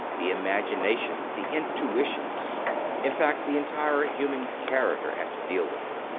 the imagination, the intuitions in fact, the entire human character had to deal with it.